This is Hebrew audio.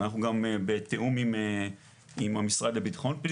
ואנחנו גם בתיאום עם המשרד לביטחון הפנים